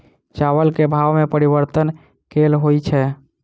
चावल केँ भाव मे परिवर्तन केल होइ छै?